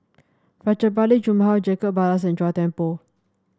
Rajabali Jumabhoy Jacob Ballas and Chua Thian Poh